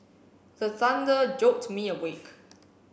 the thunder jolt me awake